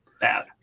Bad